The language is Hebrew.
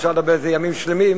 אפשר לדבר על זה ימים שלמים,